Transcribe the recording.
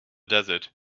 desert